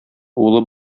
улы